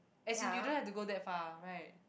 as in you don't have to go that far right